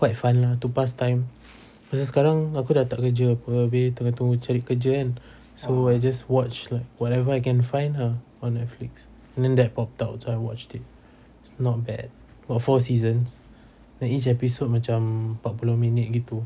quite fun lah to pass time pasal sekarang aku dah tak kerja apa abeh tengah tunggu cari kerja kan so I just watch like whatever I can find lah on netflix then that popped out so I watch it it's not bad got four seasons and each episode macam empat puluh minit gitu